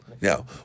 Now